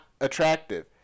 attractive